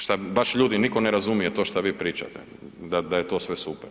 Šta baš ljudi, niko ne razumije to šta vi pričate da je to sve super.